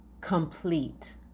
complete